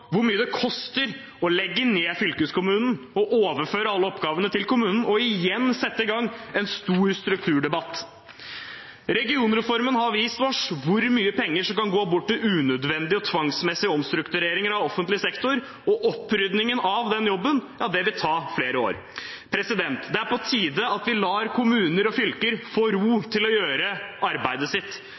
hvor mye det koster å legge ned fylkeskommunen og overføre alle oppgavene til kommunen, og igjen sette i gang en stor strukturdebatt. Regionreformen har vist oss hvor mye penger som kan gå bort til unødvendige og tvangsmessige omstruktureringer av offentlig sektor, og jobben med opprydning vil ta flere år. Det er på tide at vi lar kommuner og fylker få ro til å gjøre arbeidet sitt.